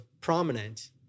prominent